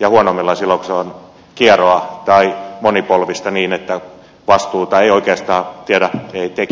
ja huonoimmillaan silloin kun se on kieroa tai monipolvista niin että vastuuta ei oikeastaan tiedä tekijä eikä kuulija